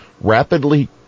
rapidly